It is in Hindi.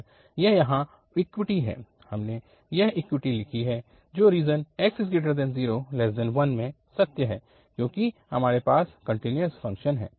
और यह यहाँ इक्वैलिटी है हमने यह इक्वैलिटी लिखी है जो रीजन 0x1 में सत्य है क्योंकि हमारे पास कन्टिन्यूअस फ़ंक्शन है